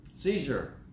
Seizure